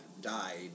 died